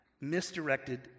misdirected